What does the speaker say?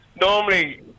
Normally